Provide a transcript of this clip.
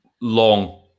Long